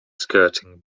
skirting